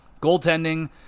Goaltending